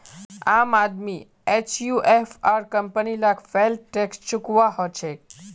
आम आदमी एचयूएफ आर कंपनी लाक वैल्थ टैक्स चुकौव्वा हछेक